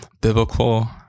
Biblical